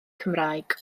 cymraeg